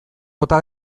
bota